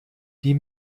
die